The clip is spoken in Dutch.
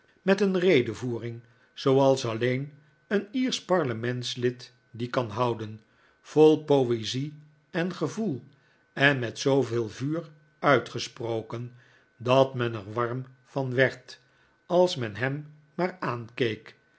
met een redevoering zooals alleen een iersch parlementslid die kan houden vol poezie en gevoel en met zooveel vuur uitgesproken dat men er warm van werd als men hem maar aankeek